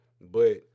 but-